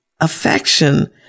affection